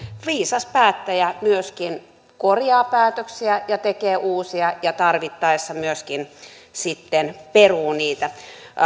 viisas päättäjä myöskin korjaa päätöksiä ja tekee uusia ja tarvittaessa myöskin sitten peruu niitä